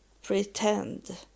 Pretend